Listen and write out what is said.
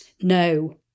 No